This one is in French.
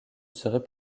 serait